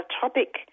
topic